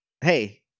Hey